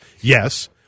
Yes